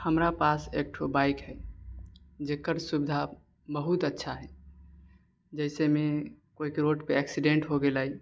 हमरा पास एकठो बाइक हय जकर सुविधा बहुत अच्छा हय जैसेमे कोइके रोड पर एक्सीडेन्ट हो गेलै